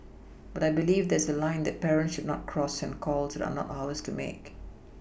but I believe there is a line that parents should not cross and calls that are not ours to make